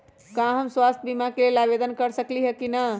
का हम स्वास्थ्य बीमा के लेल आवेदन कर सकली ह की न?